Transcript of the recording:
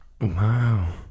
Wow